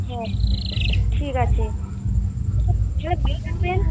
হ্যাঁ ঠিক আছে তাহলে ভালো থাকবেন